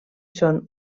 són